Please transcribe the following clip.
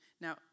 Now